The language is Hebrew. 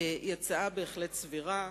היא הצעה בהחלט סבירה.